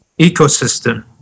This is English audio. ecosystem